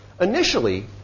Initially